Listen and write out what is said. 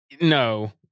No